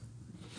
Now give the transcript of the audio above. כן.